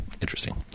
Interesting